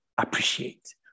appreciate